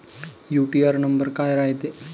UTR number काय रायते?